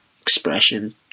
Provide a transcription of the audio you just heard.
expression